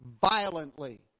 violently